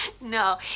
No